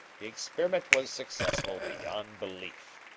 the experiment was successful beyond belief.